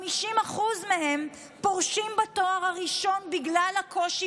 50% מהם פורשים בתואר הראשון בגלל הקושי